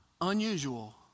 unusual